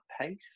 pace